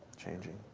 changing.